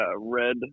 red